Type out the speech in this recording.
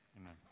Amen